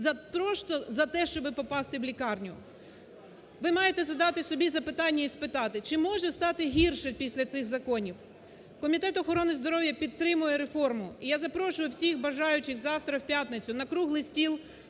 за те, щоб попасти в лікарню. Ви маєте задати собі запитання і спитати чи може стати гірше після цих законів? Комітет охорони здоров'я підтримує реформу. І я запрошую всіх бажаючих завтра в п'ятницю на круглий стіл